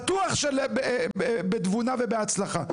בטוח שבתבונה ובהצלחה.